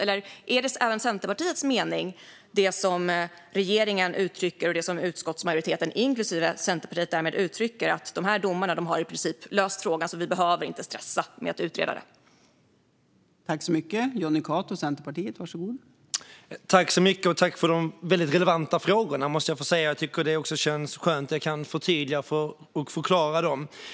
Eller är det som regeringen uttrycker och det som utskottsmajoriteten, inklusive Centerpartiet, därmed uttrycker - att dessa domar i princip har löst frågan, så vi behöver inte stressa med att utreda det - även Centerpartiets mening?